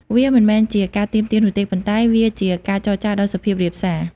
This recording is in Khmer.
វាមិនមែនជាការទាមទារនោះទេ ប៉ុន្តែវាជាការចរចាដ៏សុភាពរាបសារ។